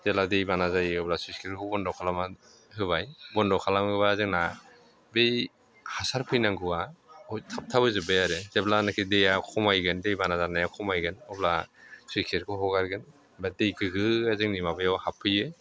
जेब्ला दैबाना जायो अब्ला स्लुइस गेटखौ बन्द' खालामनानै होबाय बन्द' खालामोबा जोंना बै हासार फैनांगौआ बेव थाबथाबोजोब्बाय आरो जेब्लानाखि दैया खमायगोन दै बाना जानाया खामायगोन अब्ला स्लुइस गेटखौ हगारगोन एबा दै गोग्गोआ जोंनि माबायाव हाबफैयो